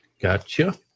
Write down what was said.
Gotcha